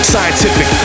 Scientific